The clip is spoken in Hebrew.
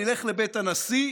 נלך לבית הנשיא,